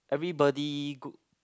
everybody go